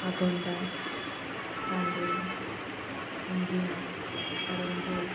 Agonda Candolim Anjuna Arambol